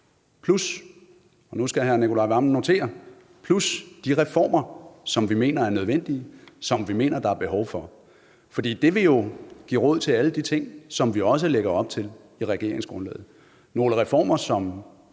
plus de reformer, som vi mener er nødvendige, som vi mener der er behov for, fordi det jo vil give råd til alle de ting, som vi også lægger op til i regeringsgrundlaget; nogle reformer, som